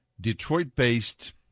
Detroit-based